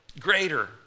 greater